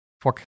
fork